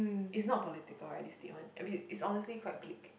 it's not political right this statement it's honestly quite bleak